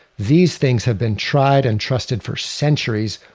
these things have been tried and trusted for centuries.